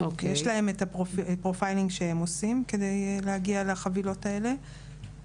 יש להם פרויפיילינג שהם עושים כדי להגיע לחבילות האלה,